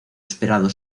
esperado